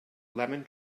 lemon